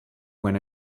when